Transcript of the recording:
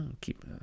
Keep